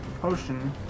potion